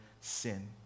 sin